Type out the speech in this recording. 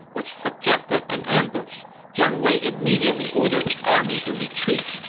which suggested an ambush. jiang wei immediately ordered his army to retreat.